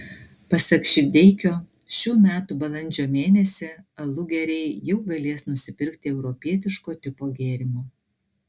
pasak šydeikio šių metų balandžio mėnesį alugeriai jau galės nusipirkti europietiško tipo gėrimo